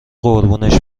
قربونش